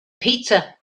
pizza